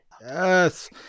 Yes